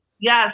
yes